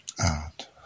Out